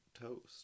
toast